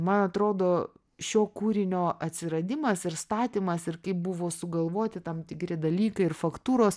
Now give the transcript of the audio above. man atrodo šio kūrinio atsiradimas ir statymas ir kaip buvo sugalvoti tam tikri dalykai ir faktūros